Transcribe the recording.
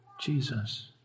Jesus